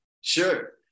Sure